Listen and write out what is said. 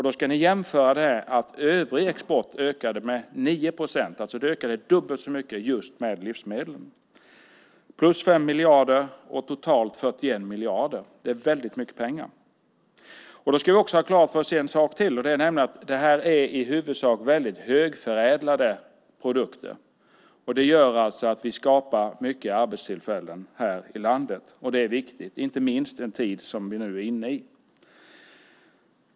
Då ska ni jämföra det med att övrig export ökade med 9 procent. Livsmedelsexporten ökade alltså dubbelt så mycket. Plus 5 miljarder och totalt 41 miljarder är väldigt mycket pengar. Då ska vi ha en sak till klar för oss, nämligen att det i huvudsak är väldigt högförädlade produkter. Det gör att det skapas mycket arbetstillfällen här i landet, och det är viktigt, inte minst i den tid som vi nu är inne i.